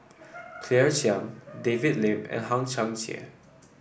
Claire Chiang David Lim and Hang Chang Chieh